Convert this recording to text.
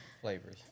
Flavors